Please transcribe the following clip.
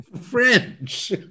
French